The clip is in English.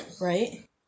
Right